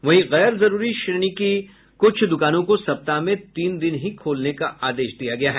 वहीं गैर जरूरी श्रेणी की कुछ दुकानों को सप्ताह में तीन दिन ही खोलने का आदेश दिया गया है